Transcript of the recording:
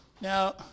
Now